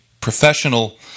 professional